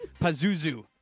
Pazuzu